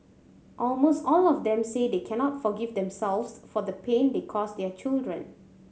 almost all of them say they cannot forgive themselves for the pain they cause their children